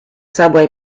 subway